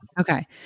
Okay